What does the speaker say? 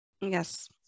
Yes